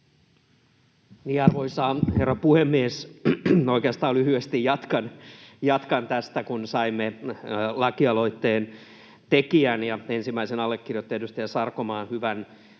Arvoisa herra puhemies! Oikeastaan lyhyesti jatkan tästä, kun saimme lakialoitteen tekijän ja ensimmäisen allekirjoittajan, edustaja Sarkomaan hyvän ja